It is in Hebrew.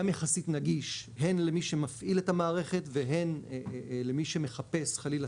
גם יחסית נגיש הן למי שמפעיל את המערכת והן